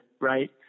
right